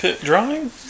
Drawing